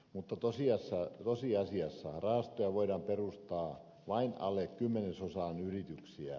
mutta tosiasiassa rahastoja voidaan perustaa vain alle kymmenesosaan yrityksiä